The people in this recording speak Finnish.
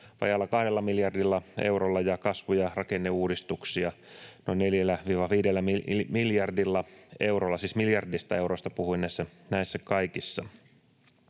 vajaalla 2 miljardilla eurolla ja kasvu- ja rakenneuudistuksia noin 4—5 miljardilla eurolla — siis miljardeista euroista puhuin näissä kaikissa.